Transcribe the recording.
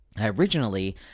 originally